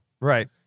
Right